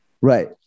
Right